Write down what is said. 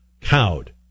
cowed